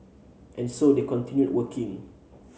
and so they continue working